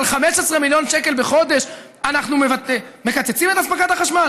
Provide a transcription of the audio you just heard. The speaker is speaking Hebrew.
עכשיו קיצצנו את אספקת החשמל